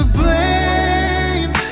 blame